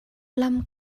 lam